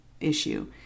Issue